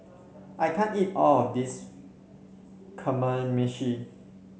I can't eat all of this Kamameshi